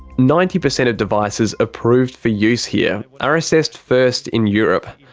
ninety percent of devices approved for use here are assessed first in europe.